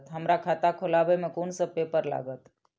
हमरा खाता खोलाबई में कुन सब पेपर लागत?